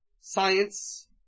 science